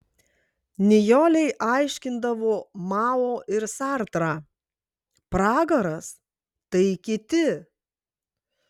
nijolei aiškindavo mao ir sartrą pragaras tai kiti